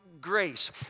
grace